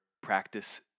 practice